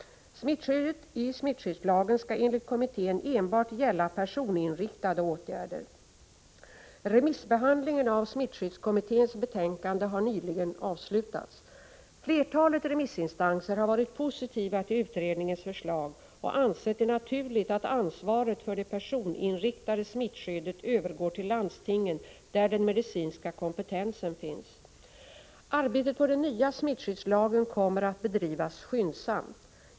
Smittskyddet i smittskyddslagen skall enligt kommittén enbart gälla personinriktade åtgärder. Remissbehandlingen av smittskyddskommitténs betänkande har nyligen avslutats. Flertalet remissinstanser har varit positiva till utredningens förslag och ansett det naturligt att ansvaret för det personinriktade smittskyddet övergår till landstingen, där den medicinska kompetensen finns. Arbetet på den nya smittskyddslagen kommer att bedrivas skyndsamt.